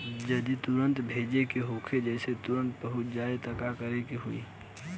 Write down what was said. जदि तुरन्त भेजे के होखे जैसे तुरंत पहुँच जाए त का करे के होई?